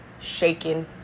shaking